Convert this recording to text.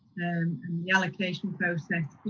the allocation process